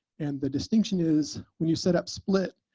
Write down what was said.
and the distinction is when you set up split,